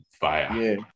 fire